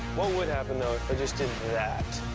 what would happen though if i just did that?